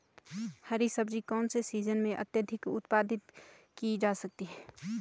हरी सब्जी कौन से सीजन में अत्यधिक उत्पादित की जा सकती है?